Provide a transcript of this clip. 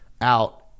out